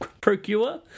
procure